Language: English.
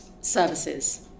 services